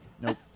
Nope